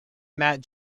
matt